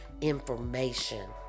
information